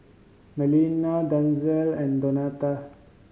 Marlena Denzel and Donta